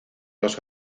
los